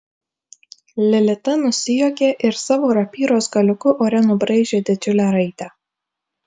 lilita nusijuokė ir savo rapyros galiuku ore nubraižė didžiulę raidę